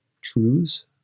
truths